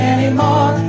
Anymore